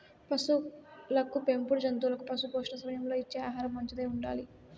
పసులకు పెంపుడు జంతువులకు పశుపోషణ సమయంలో ఇచ్చే ఆహారం మంచిదై ఉండాలి